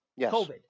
COVID